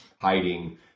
hiding